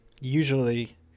usually